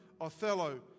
Othello